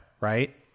right